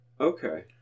okay